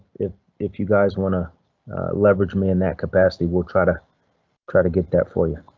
if if you guys want to leverage me in that capacity, will try to try to get that for you.